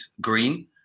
Green